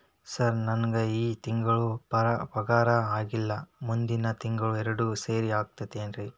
sir ನಂಗ ಈ ತಿಂಗಳು ಪಗಾರ ಆಗಿಲ್ಲಾರಿ ಮುಂದಿನ ತಿಂಗಳು ಎರಡು ಸೇರಿ ಹಾಕತೇನ್ರಿ